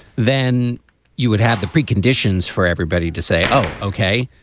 then you would have the preconditions for everybody to say, oh, ok,